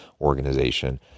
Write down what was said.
organization